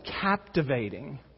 captivating